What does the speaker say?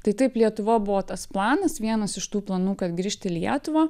tai taip lietuva buvo tas planas vienas iš tų planų kad grįžt į lietuvą